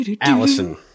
Allison